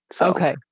Okay